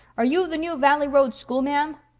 are you the new valley road schoolma'am?